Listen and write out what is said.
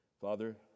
Father